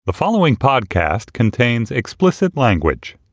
the following podcast contains explicit language